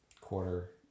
quarter